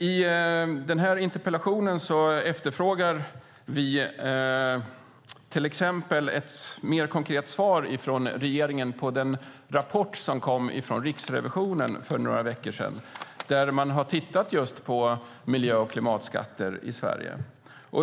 I den här interpellationen efterfrågar vi ett mer konkret svar från regeringen på den rapport som kom från Riksrevisionen för några veckor sedan, där man har tittat just på miljö och klimatskatter i Sverige.